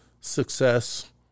success